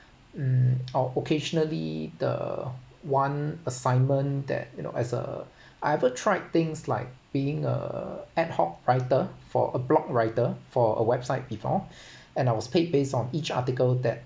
mm or occasionally the one assignment that you know as a I ever tried things like being a ad-hoc writer for a blog writer for a website before and I was paid based on each article that